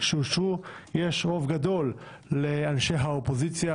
שאושרו יש רוב גדול לאנשי האופוזיציה,